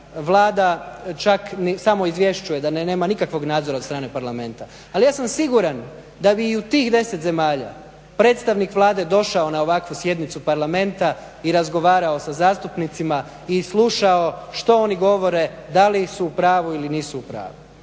Vlada čak samo izvješću da nema nikakvog nadzora od strane parlamenta, ali ja sam siguran da bi i u tih 10 zemalja predstavnik Vlade došao na ovakvu sjednicu Parlamenta i razgovarao sa zastupnicima i slušao što oni govore, da li su u pravu ili nisu u pravu.